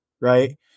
right